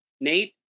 Nate